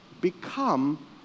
become